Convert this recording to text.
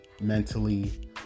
mentally